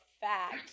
fact